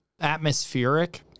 atmospheric